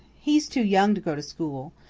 he's too young to go to school.